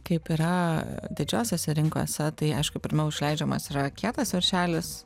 kaip yra didžiosiose rinkose tai aišku pirmiau išleidžiamas yra kietas viršelis